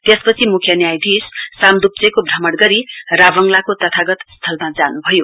त्यसपछि मुख्य न्यायाधीश साम्दुप्चेको भ्रमण गरी राभङलाको तयागत स्थलमा जानुभयो